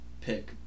pick